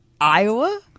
Iowa